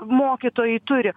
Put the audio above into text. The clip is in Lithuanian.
mokytojai turi